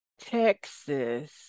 Texas